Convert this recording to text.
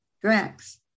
Drax